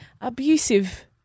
abusive